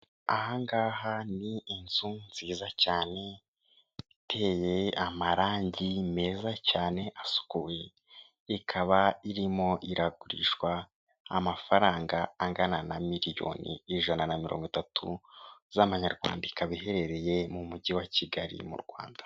Aha ngaha ni inzu nziza cyane iteye amarange meza cyane asukuye, ikaba irimo iragurishwa amafaranga angana na miliyoni ijana na mirongo itatu z'amanyarwanda, ikaba iherereye mu mujyi wa Kigali mu Rwanda.